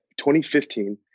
2015